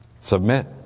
Submit